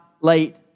late